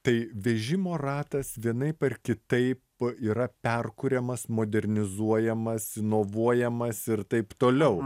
tai vežimo ratas vienaip ar kitaip yra perkuriamas modernizuojamas inovuojamas ir taip toliau